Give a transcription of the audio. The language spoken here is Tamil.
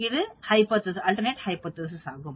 இது அல்டர்நெட் ஹைபோதேசிஸ் ஆகும்